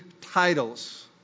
titles